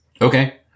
Okay